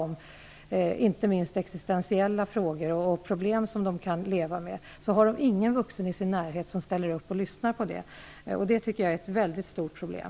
När det gäller existentiella frågor och problem som de kan leva med så har de ingen vuxen i sin närhet som ställer upp och lyssnar. Det tycker jag är ett mycket stort problem.